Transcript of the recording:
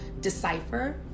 decipher